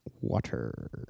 Water